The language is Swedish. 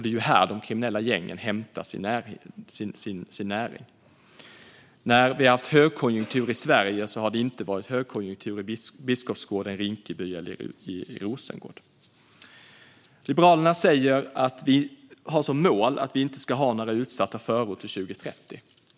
Det är här de kriminella gängen hämtar sin näring. När vi har haft högkonjunktur i Sverige har det inte varit högkonjunktur i Biskopsgården, Rinkeby eller Rosengård. Liberalerna har som mål att vi inte ska ha några utsatta förorter 2030.